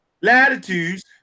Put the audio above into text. latitudes